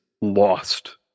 lost